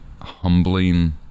humbling